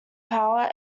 power